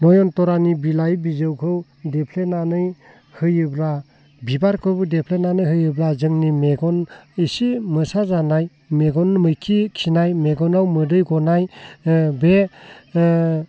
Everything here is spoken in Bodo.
नयनतारानि बिलाइ बिजौखौ देफ्लेनानै होयोब्ला बिबारखोबो देफ्लेनानै होयोब्ला जोंनि मेगन एसे मोसा जानाय मेगन मैखि खिनाय मेगनाव मोदै गनाय बे